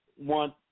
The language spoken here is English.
want